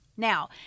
Now